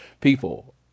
people